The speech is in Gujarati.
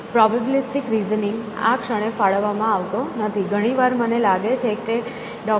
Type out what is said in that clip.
પ્રોબેબિલિસ્ટિક રિઝનિંગ આ ક્ષણે ફાળવવામાં આવતો નથી ઘણી વાર મને લાગે છે કે ડો